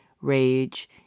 rage